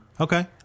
Okay